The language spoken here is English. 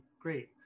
great